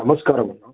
నమస్కారం